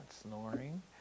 snoring